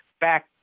back